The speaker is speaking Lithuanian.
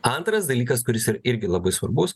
antras dalykas kuris ir irgi labai svarbus